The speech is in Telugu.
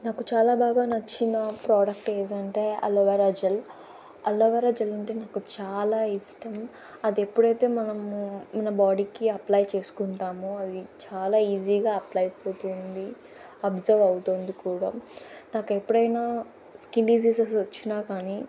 నాకు చాలా బాగా నచ్చిన product agent aloe vera gel aloe vera gel అంటే నాకు చాలా ఇష్టం అది ఎప్పుడైతే మనము మన బాడీకి అప్ల్య్ చేసుకుంటామో అది చాలా ఈజీగా అప్ల్య్ అయిపోతుంది అబ్సర్వ్ అవుతుంది కూడా నాకు ఎప్పుడైనా స్కిన్ డిసీజెస్ వచ్చినా కానీ